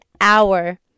hour